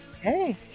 Hey